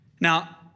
Now